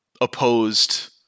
opposed